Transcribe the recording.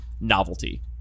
novelty